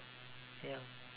ya